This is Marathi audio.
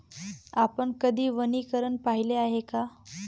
आपण कधी वनीकरण पाहिले आहे का?